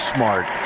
Smart